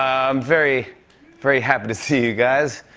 um very very happy to see you guys.